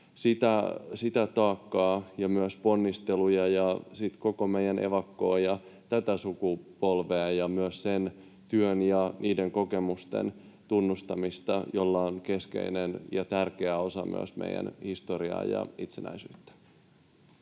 sitä taakkaa ja ponnisteluja, ja sitten koko meidän evakko- ja tätä sukupolvea, myös sen työn ja niiden kokemusten tunnustamista, joilla on myös keskeinen ja tärkeä osa meidän historiassa ja itsenäisyydessä.